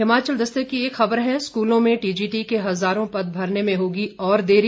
हिमाचल दस्तक की एक खबर है स्कूलों में टीजीटी के हजारों पद भरने में होगी और देरी